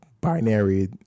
binary